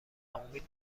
امید